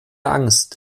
angst